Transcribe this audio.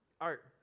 Art